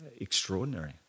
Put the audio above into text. extraordinary